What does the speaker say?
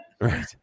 Right